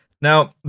Now